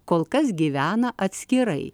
kol kas gyvena atskirai